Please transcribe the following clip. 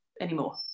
anymore